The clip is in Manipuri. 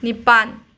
ꯅꯤꯄꯥꯟ